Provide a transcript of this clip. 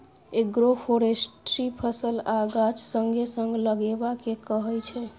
agroforestry फसल आ गाछ संगे संग लगेबा केँ कहय छै